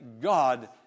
God